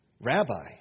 Rabbi